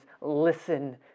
listen